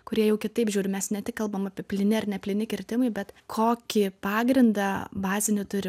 kurie jau kitaip žiūri mes ne tik kalbam apie plyni ar neplyni kirtimai bet kokį pagrindą bazinį turi